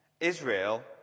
Israel